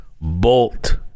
bolt